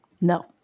No